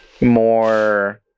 more